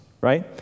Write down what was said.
right